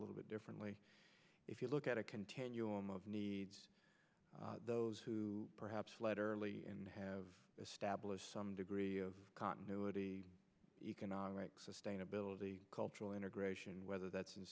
little bit differently if you look at a continuum of needs those who perhaps laterally and have established some degree of continuity economic sustainability cultural integration whether that's in